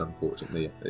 unfortunately